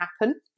happen